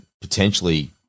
potentially